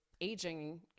aging